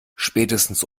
spätestens